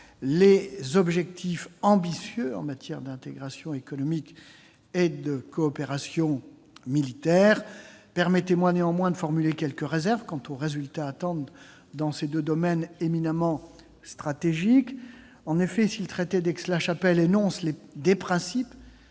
des objectifs ambitieux en matière d'intégration économique et de coopération militaire. Permettez-moi néanmoins de formuler quelques réserves quant aux résultats à attendre dans ces deux domaines éminemment stratégiques. En effet, si le traité d'Aix-la-Chapelle énonce des principes,